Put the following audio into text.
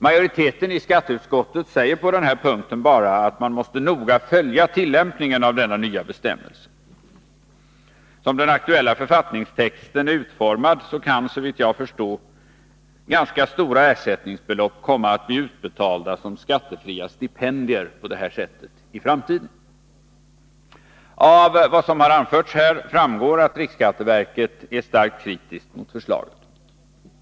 Majoriteten i skatteutskottet säger på denna punkt bara att man noga måste följa tillämpningen av denna nya bestämmelse. Som den aktuella författningstexten är utformad kan, såvitt jag förstår, ganska stora ersättningsbelopp komma att bli utbetalda som skattefria stipendier på det här sättet i framtiden. Av det anförda framgår att riksskatteverket är starkt kritiskt mot förslaget.